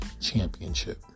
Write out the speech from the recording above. Championship